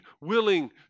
willing